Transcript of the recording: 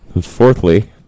Fourthly